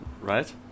Right